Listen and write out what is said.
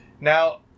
Now